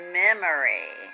memory